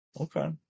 Okay